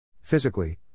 Physically